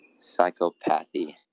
psychopathy